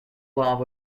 love